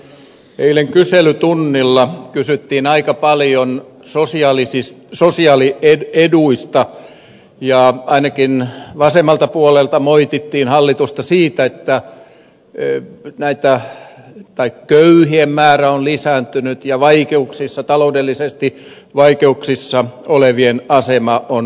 eilen kyselytunnilla kysyttiin aika paljon sosiaalieduista ja ainakin vasemmalta puolelta moitittiin hallitusta siitä että köyhien määrä on lisääntynyt ja taloudellisissa vaikeuksissa olevien asema on huonontunut